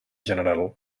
general